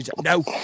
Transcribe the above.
No